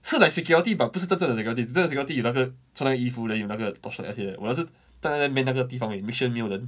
是 like security but 不是真正的 security 真正的 security 有那个穿那个衣服 then 有那个 torch light 那些的我的是站在那边那个地方而已 make sure 没有人